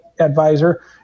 advisor